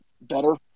better